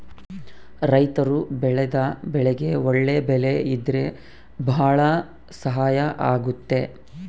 ರೈತರು ಬೆಳೆದ ಬೆಳೆಗೆ ಒಳ್ಳೆ ಬೆಲೆ ಇದ್ರೆ ಭಾಳ ಸಹಾಯ ಆಗುತ್ತೆ